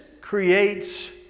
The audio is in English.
creates